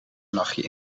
nachtje